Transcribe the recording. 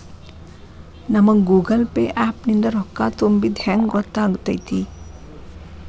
ನಮಗ Google Pay app ನಿಂದ ರೊಕ್ಕಾ ತುಂಬಿದ್ದ ಹೆಂಗ್ ಗೊತ್ತ್ ಆಗತೈತಿ?